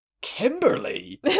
Kimberly